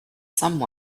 some